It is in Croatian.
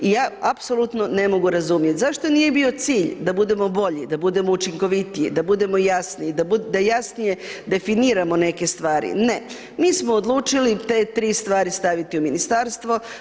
I ja apsolutno ne mogu razumjeti zašto nije bio cilj da budemo bolji, da budemo učinkovitiji, da budemo jasniji i da jasnije definiramo neke stvari, ne, mi smo odlučili te tri stvari staviti u ministarstvo.